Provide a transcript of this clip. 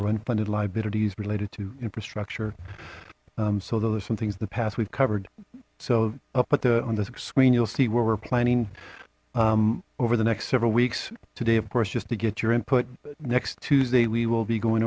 unfunded liabilities related to infrastructure so there's some things the past we've covered so i'll put the on the screen you'll see where we're planning over the next several weeks today of course just to get your input next tuesday we will be going